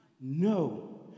No